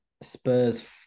Spurs